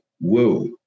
Whoa